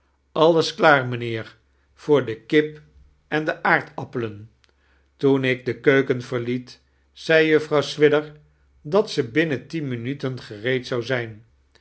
alles klaar mijnheer voor de kip en de aardappelen tioen ik de keuken verliet zei juffrouw swidger dat ze binnen tien minuten gereed zou zijn